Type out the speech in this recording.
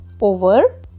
over